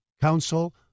Council